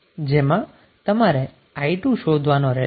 જેમાં તમારે i2 શોધવાનો રહેશે